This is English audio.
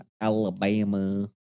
Alabama